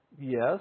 yes